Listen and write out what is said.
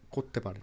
করতে পারেন